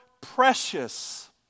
precious